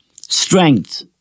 strength